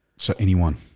so anyone